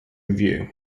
review